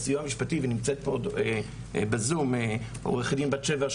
אבל הסיוע המשפטי נמצאת פה בזום עו"ד בת שבע,